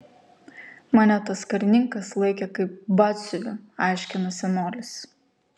mane tas karininkas laikė kaip batsiuvį aiškina senolis